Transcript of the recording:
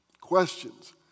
questions